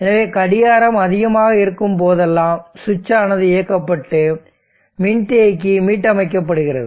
எனவே கடிகாரம் அதிகமாக இருக்கும் போதெல்லாம் சுவிட்ச் ஆனது இயக்கப்பட்டு மின்தேக்கி மீட்டமைக்கப்படுகிறது